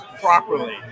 properly